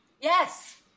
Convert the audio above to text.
Yes